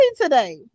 today